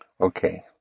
Okay